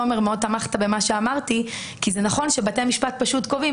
תומר מאוד תמך במה שאמרתי כי זה נכון שבתי המשפט פשוט קובעים